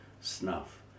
snuff